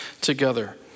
together